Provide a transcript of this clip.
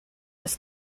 was